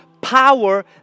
Power